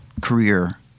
career